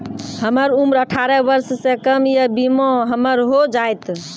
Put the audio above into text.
हमर उम्र अठारह वर्ष से कम या बीमा हमर हो जायत?